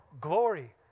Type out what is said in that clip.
glory